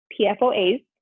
PFOAs